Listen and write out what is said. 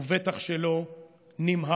ובטח שלא נמהרות.